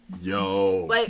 yo